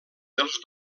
dels